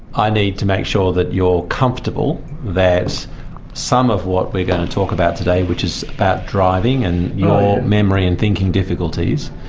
i need to make sure that you're comfortable that some of what we're going to talk about today, which is about driving, and your memory and thinking difficulties,